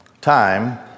time